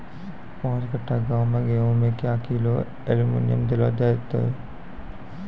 पाँच कट्ठा गांव मे गेहूँ मे क्या किलो एल्मुनियम देले जाय तो?